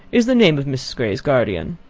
is the name of miss grey's guardian.